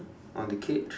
on the cage